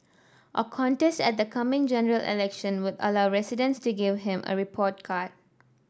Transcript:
a contest at the coming General Election would allow residents to give him a report card